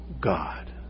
God